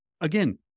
again